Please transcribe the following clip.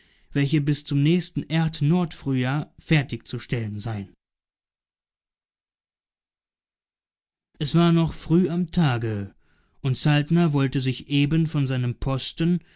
welche bis zum nächsten erd nordfrühjahr fertigzustellen seien es war noch früh am tage und saltner wollte sich eben von seinem posten